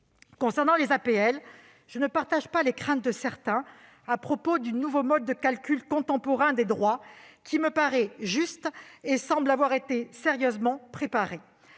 Concernant les APL, je ne partage pas les craintes de certains à propos du nouveau mode de calcul contemporain des droits, qui me paraît juste et semble avoir été sérieusement préparé.